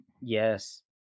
Yes